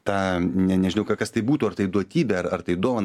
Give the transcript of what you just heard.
tą ne nežinau kas tai būtų ar tai duotybė ar ar tai dovana